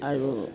আৰু